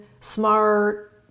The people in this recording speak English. smart